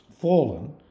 fallen